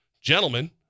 Gentlemen